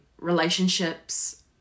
Relationships